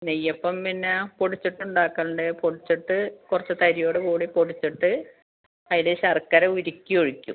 നെയ്യപ്പം പിന്നെ പൊടിച്ചിട്ടുണ്ടാക്കലുണ്ട് പൊടിച്ചിട്ട് കുറച്ച് തരിയോട് കൂടി പൊടിച്ചിട്ട് അതിൽ ശർക്കര ഉരുക്കി ഒഴിക്കും